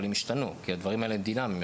אבל הם ישתנו כי הדברים האלה דינמיים.